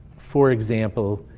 for example,